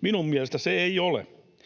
Minun mielestäni se ei ole.